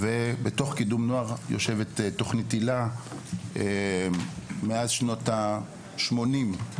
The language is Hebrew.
ובתוך קידום נוער יושבת תוכנית היל"ה מאז שנות ה-80.